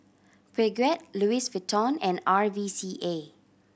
Peugeot Louis Vuitton and R V C A